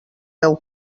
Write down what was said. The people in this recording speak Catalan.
veu